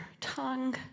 tongue